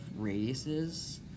radiuses